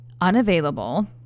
unavailable